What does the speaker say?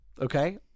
Okay